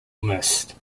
mist